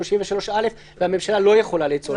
33(א) והממשלה לא יכולה לאצול סמכות.